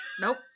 Nope